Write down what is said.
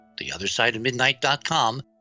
theothersideofmidnight.com